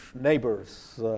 neighbors